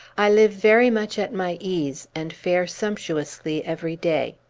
i live very much at my ease, and fare sumptuously every day.